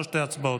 לא שתי הצבעות.